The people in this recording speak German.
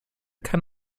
kann